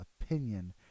opinion